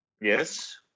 Yes